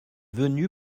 venu